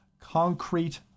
Concrete